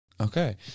Okay